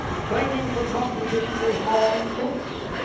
training for competition is more intense,